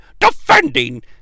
defending